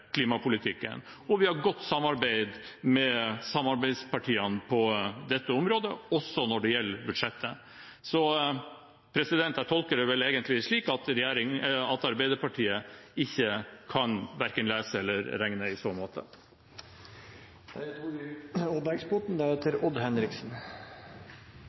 klimapolitikken, og vi har godt samarbeid med samarbeidspartiene på dette området også når det gjelder budsjettet. Så jeg tolker det vel egentlig slik at Arbeiderpartiet verken kan lese eller regne i så måte.